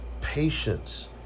patience